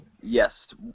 Yes